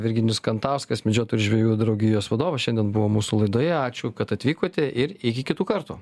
virginijus kantauskas medžiotojų ir žvejų draugijos vadovas šiandien buvo mūsų laidoje ačiū kad atvykote ir iki kitų kartų